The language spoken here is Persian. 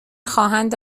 خواهند